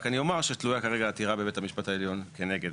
רק אני אומר שתלויה כרגע עתירה בבית המשפט העליון כנגד